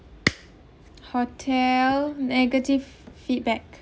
hotel negative feedback